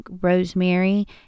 rosemary